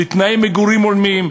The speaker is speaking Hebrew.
לתנאי מגורים הולמים,